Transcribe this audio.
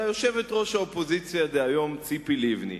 אלא יושבת-ראש האופוזיציה דהיום ציפי לבני.